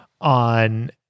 on